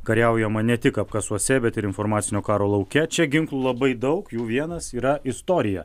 kariaujama ne tik apkasuose bet ir informacinio karo lauke čia ginklų labai daug jų vienas yra istorija